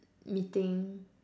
meeting